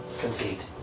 concede